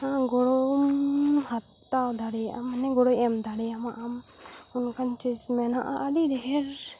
ᱜᱚᱲᱚᱢ ᱦᱟᱛᱟᱣ ᱫᱟᱲᱮᱭᱟᱜᱼᱟ ᱢᱟᱱᱮ ᱜᱚᱲᱚᱭ ᱮᱢ ᱫᱟᱲᱮᱣᱟᱢᱟ ᱟᱢ ᱚᱱᱠᱟᱢ ᱴᱤᱴᱢᱮᱱᱚᱜᱼᱟ ᱟᱹᱰᱤ ᱰᱷᱮᱹᱨ